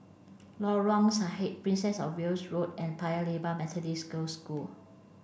Lorong Sahad Princess Of Wales Road and Paya Lebar Methodist Girls' School